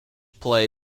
play